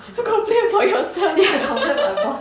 you complain about yourself